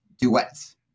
duets